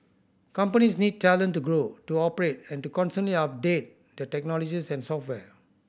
companies need talent to grow to operate and to constantly update their technologies and software